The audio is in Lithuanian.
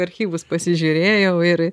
archyvus pasižiūrėjau ir